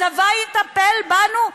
הצבא יטפל בנו?